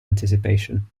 anticipation